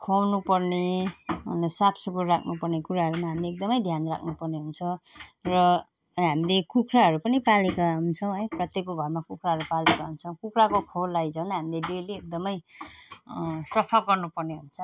खुवाउनु पर्ने अन्त सफा सुग्घर राख्नु पर्ने कुराहरूमा हामीले एकदम ध्यान राख्नु पर्ने हुन्छ र हामीले कुखुराहरू पनि पालेका हुन्छौँ है प्रत्येकको घरमा कुखुराहरू पालेका हुन्छौँ कुखुराको खोरलाई झन् हामीले डेली एकदम सफा गर्नु पर्ने हुन्छ